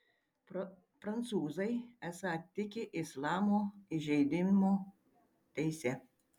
prancūzai esą tiki islamo įžeidimo teise